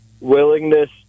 willingness